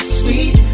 sweet